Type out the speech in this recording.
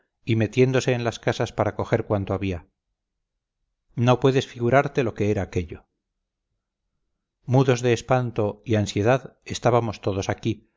y metiéndose en las casas para coger cuanto había no puedes figurarte lo que era aquello mudos de espanto y ansiedad estábamos todos aquí